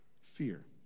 fear